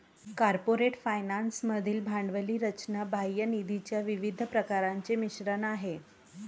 corporate finance मधील भांडवली रचना बाह्य निधीच्या विविध प्रकारांचे मिश्रण आहे